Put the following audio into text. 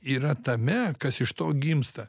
yra tame kas iš to gimsta